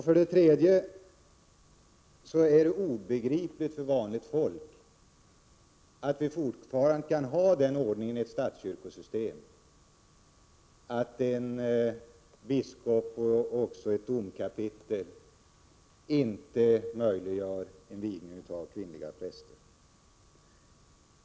För det tredje är det obegripligt för vanligt folk att man i ett statskyrkosystem fortfarande kan ha en ordning där en biskop och även ett domkapitel inte medverkar till vigning av kvinnliga präster.